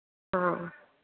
हाँ